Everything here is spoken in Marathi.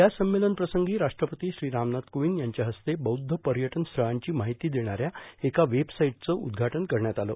या संमेलनप्रसंगी राष्ट्रपती श्री रामनाथ कोविंद यांच्या हस्ते बौद्ध पर्यटन स्थळांची माहिती देणाऱ्या एका वेबसाईटचं उद्घाटन करण्यात आलं